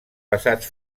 basats